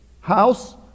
House